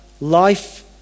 life